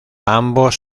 ambos